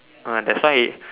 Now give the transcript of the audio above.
uh that's why it